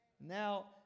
Now